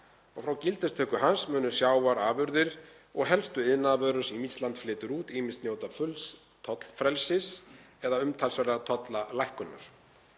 og frá gildistöku hans munu sjávarafurðir og helstu iðnaðarvörur sem Ísland flytur út ýmist njóta fulls tollfrelsis eða umtalsverðrar tollalækkunar.